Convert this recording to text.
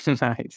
Nice